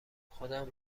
خودم